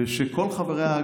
ושכל חבריה,